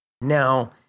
Now